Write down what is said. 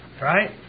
right